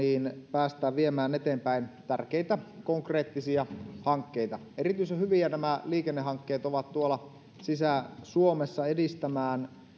päästään viemään eteenpäin tärkeitä konkreettisia hankkeita erityisen hyviä nämä liikennehankkeet ovat tuolla sisä suomessa edistämään